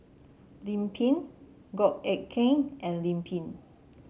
Lim Pin Goh Eck Kheng and Lim Pin